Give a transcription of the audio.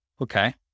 Okay